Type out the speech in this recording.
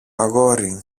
αγόρι